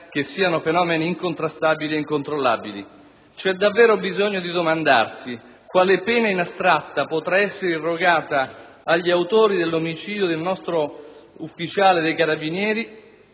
che siano fenomeni incontrastabili e incontrollabili. C'è davvero bisogno di domandarsi quale pena in astratto potrà essere irrogata agli autori dell'omicidio del nostro ufficiale dei Carabinieri